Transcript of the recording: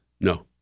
No